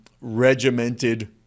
regimented